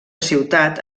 ciutat